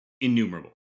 innumerable